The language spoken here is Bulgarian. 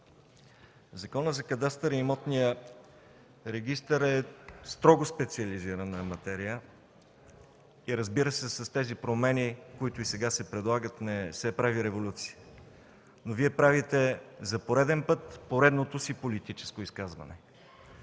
Законът за кадастъра и имотния регистър е строго специализирана материя и, разбира се, с тези промени, които сега се предлагат, не се прави революция. Вие за пореден път правите поредното си политическо изказване.